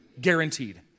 guaranteed